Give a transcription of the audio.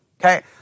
Okay